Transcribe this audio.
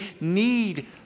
need